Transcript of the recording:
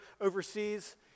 overseas